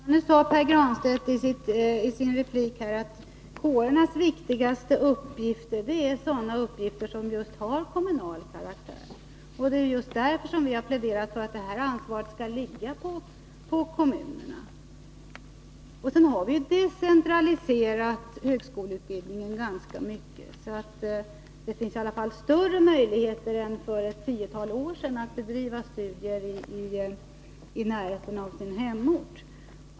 Herr talman! Pär Granstedt sade i sin replik att kårernas viktigaste uppgifter är sådana uppgifter som har kommunal karaktär. Det är just därför vi har pläderat för att ansvaret skall ligga på kommunerna. Vi har också decentraliserat högskoleutbildningen, så det finns i alla fall större möjligheter nu än för ett tiotal år sedan att bedriva studier i närheten av sin hemort.